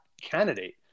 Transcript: candidate